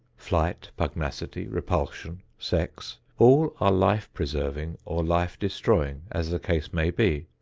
flight, pugnacity, repulsion, sex all are life-preserving or life-destroying, as the case may be.